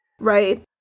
Right